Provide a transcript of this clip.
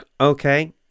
Okay